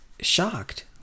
shocked